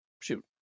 Shoot